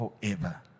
forever